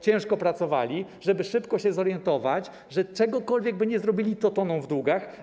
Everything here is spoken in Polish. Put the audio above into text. Ciężko pracowali, żeby szybko się zorientować, że czegokolwiek by nie zrobili, będą tonąć w długach.